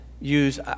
use